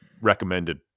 recommended